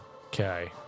okay